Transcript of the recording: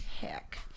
heck